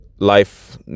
life